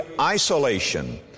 isolation